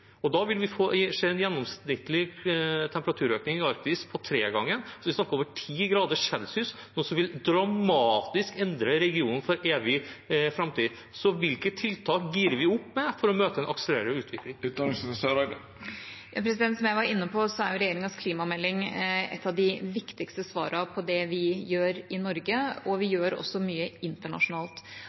Da vil vi få se en gjennomsnittlig temperaturøkning i Arktis på tregangen. Vi snakker om over 10 o C, noe som vil dramatisk endre regionen for evig framtid. Så hvilke tiltak girer vi opp med for å møte den akselererende utviklingen? Som jeg var inne på, er regjeringas klimamelding et av de viktigste svarene på det vi gjør i Norge, og vi gjør også mye internasjonalt.